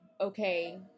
okay